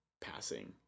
passing –